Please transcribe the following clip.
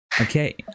Okay